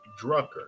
Drucker